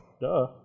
duh